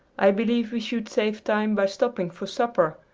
i believe we should save time by stopping for supper.